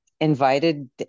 invited